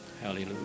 Hallelujah